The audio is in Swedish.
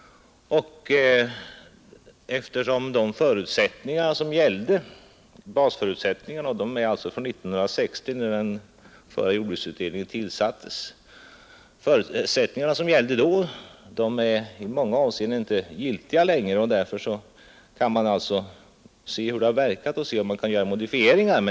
De basförutsättningar som gällde när det beslutet fattades — de är alltså från 1960, när den förra utredningen tillsattes — är i många avseenden inte längre giltiga. Man kan alltså konstatera hur det har verkat och se om man kan göra modifieringar.